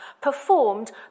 performed